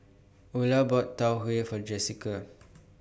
Ula bought Tau Huay For Jessika